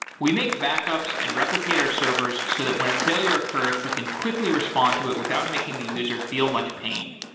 we make backups and replicate our servers so that when a failure occurs, we can quickly respond to it without making the user feel much pain.